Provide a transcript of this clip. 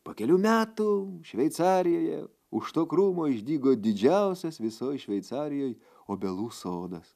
po kelių metų šveicarijoje už to krūmo išdygo didžiausias visoj šveicarijoj obelų sodas